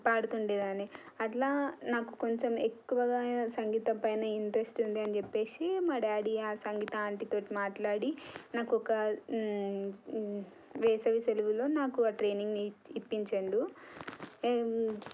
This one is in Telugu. పాడుతుండే దాన్ని అట్లా నాకు కొంచెం ఎక్కువగా సంగీతం పైన ఇంట్రెస్ట్ ఉంది అని చెప్పేసి మా డాడీ ఆ సంగీత ఆంటీతోటి మాట్లాడి నాకు ఒక వేసవి సెలవుల్లో నాకు ఆ ట్రైనింగ్ ఇప్పించాడు ఏం